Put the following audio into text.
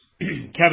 Kevin